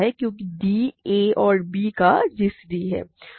क्योंकि d a और b का gcd है